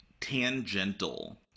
Tangential